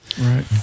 Right